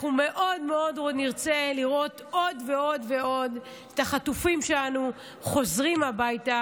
אני מאוד רוצה לראות עוד ועוד חטופים שלנו חוזרים הביתה,